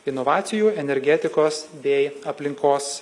inovacijų energetikos bei aplinkos